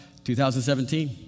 2017